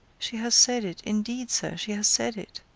she has said it indeed, sir, she has said it.